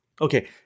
Okay